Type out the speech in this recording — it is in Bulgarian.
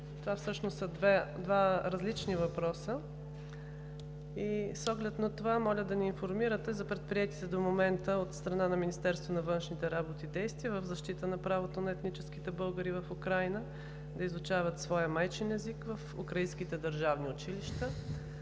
Това всъщност са два различни въпроса. С оглед на това моля да ни информирате за предприетите до момента от страна на Министерството на външните работи действия в защита на правото на етническите българи в Украйна да изучават своя майчин език в украинските държавни училища.